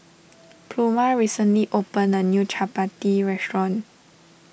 Pluma recently opened a new Chapati restaurant